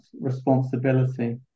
responsibility